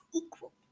equal